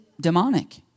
demonic